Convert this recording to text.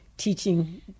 Teaching